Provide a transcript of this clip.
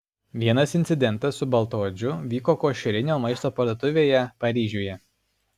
vienas incidentas su baltaodžiu vyko košerinio maisto parduotuvėje paryžiuje